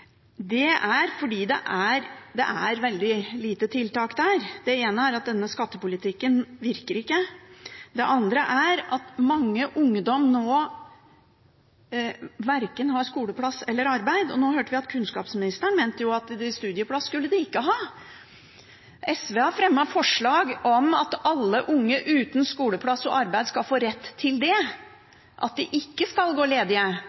Det er fordi det er veldig lite tiltak der. Det ene er at denne skattepolitikken virker ikke. Det andre er at mange ungdommer nå har verken skoleplass eller arbeid, og nå hørte vi jo at kunnskapsministeren mente at studieplass skulle de ikke ha. SV har fremmet forslag om at alle unge uten skoleplass eller arbeid skal få rett til det, at de ikke skal gå ledige.